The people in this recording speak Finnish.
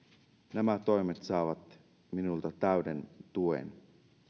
nämä toimet saavat minulta täyden tuen